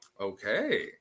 Okay